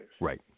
Right